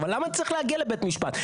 אבל למה צריך להגיע לבית משפט?